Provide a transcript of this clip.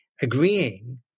agreeing